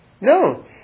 No